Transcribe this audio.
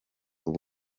ubu